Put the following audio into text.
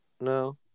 no